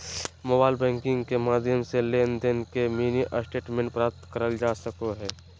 mobile banking के माध्यम से लेनदेन के मिनी स्टेटमेंट प्राप्त करल जा सको हय